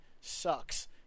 sucks